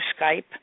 Skype